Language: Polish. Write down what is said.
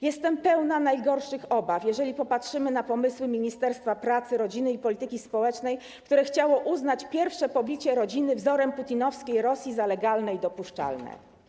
Jestem pełna najgorszych obaw, jeżeli popatrzymy na pomysły Ministerstwa Rodziny i Polityki Społecznej, które chciało uznać pierwsze pobicie rodziny wzorem putinowskiej Rosji za legalne i dopuszczalne.